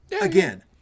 again